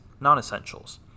non-essentials